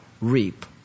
reap